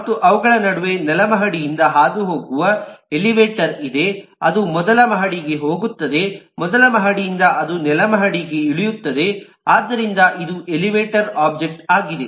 ಮತ್ತು ಅವುಗಳ ನಡುವೆ ನೆಲ ಮಹಡಿಯಿಂದ ಹಾದುಹೋಗುವ ಎಲಿವೇಟರ್ ಇದೆ ಅದು ಮೊದಲ ಮಹಡಿಗೆ ಹೋಗುತ್ತದೆ ಮೊದಲ ಮಹಡಿಯಿಂದ ಅದು ನೆಲ ಮಹಡಿಗೆ ಇಳಿಯುತ್ತದೆ ಆದ್ದರಿಂದ ಇದು ಎಲಿವೇಟರ್ ಒಬ್ಜೆಕ್ಟ್ಆಗಿದೆ